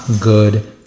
good